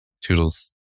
Toodles